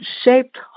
shaped